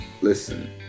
listen